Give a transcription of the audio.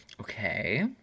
okay